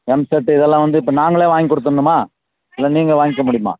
எம்செட்டு இதெலாம் வந்து இப்போ நாங்களே வாங்கி கொடுத்தட்ணுமா இல்லை நீங்கள் வாங்கிக்க முடியுமா